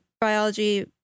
biology